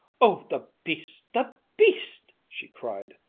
oh, the beast! the beast! she cried,